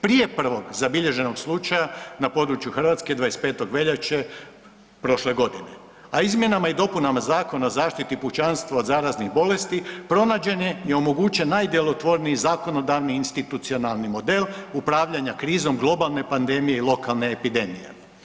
Prije prvog zabilježenog slučaja na području Hrvatske 25. veljače prošle godine, a izmjenama i dopunama Zakona o zaštiti pučanstva od zaraznih bolesti pronađen je i omogućen najdjelotvorniji zakonodavni institucionalni model upravljanja krizom globalne pandemije i lokalne epidemije.